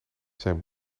zijn